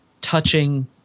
touching